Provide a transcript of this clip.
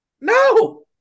No